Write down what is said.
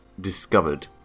discovered